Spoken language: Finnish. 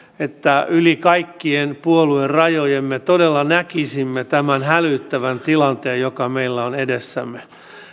että yli kaikkien puoluerajojemme todella näkisimme tämän hälyttävän tilanteen joka meillä on edessämme